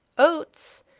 oats?